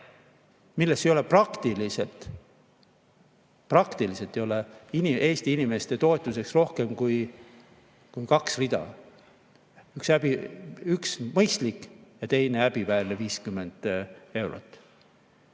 milles ei ole praktiliselt Eesti inimeste toetuseks rohkem kui kaks rida. Üks mõistlik ja teine häbiväärne 50 eurot.